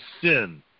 sin